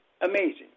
Amazing